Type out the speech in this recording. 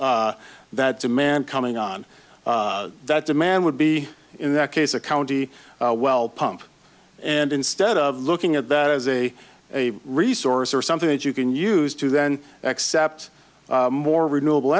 that demand coming on that demand would be in that case a county well pump and instead of looking at that as a a resource or something that you can use to then accept more renewable